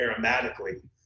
aromatically